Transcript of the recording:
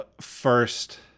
first